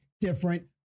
different